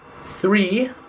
Three